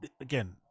again